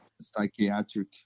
psychiatric